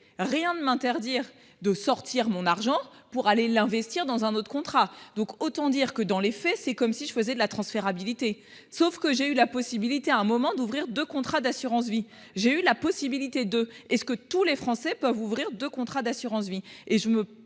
Rien ne m'interdire de sortir mon argent pour aller l'investir dans un autre contrat donc autant dire que dans les faits c'est comme si je faisais de la transférabilité. Sauf que j'ai eu la possibilité à un moment d'ouvrir de contrats d'assurance-vie j'ai eu la possibilité de. Est ce que tous les Français peuvent ouvrir de contrats d'assurance-vie